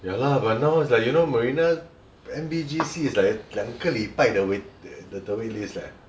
ya lah but now is like you know marina M_B_G_C is like 两个礼拜的 waitlist eh